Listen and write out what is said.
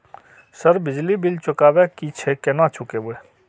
Sir बिजली bill चुकाबे की छे केना चुकेबे?